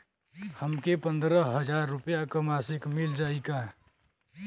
हमके पन्द्रह हजार रूपया क मासिक मिल जाई का?